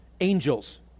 angels